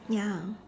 ya